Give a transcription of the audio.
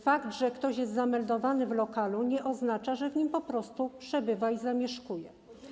Fakt, że ktoś jest zameldowany w lokalu, nie oznacza, że w nim po prostu przebywa i zamieszkuje.